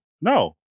no